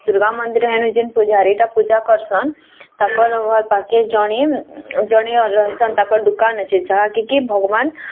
ଦୁର୍ଗା ମନ୍ଦିର୍ ହେନୁ ଯେନ୍ ପୂଜାରୀଟା ପୂଜା କର୍ସନ୍ ତାକର୍ ଘର୍ ପାଖରେ ଜଣେ ଜଣେ ରହିଛନ୍ ତାକର୍ ଦୁକାନ୍ ଅଛେ ଯାହାକି କି ଭଗବାନ୍